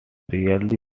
rarely